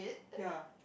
ya